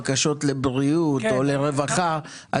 בקשות לבריאות או לרווחה,